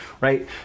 right